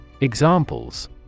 Examples